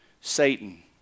Satan